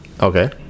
Okay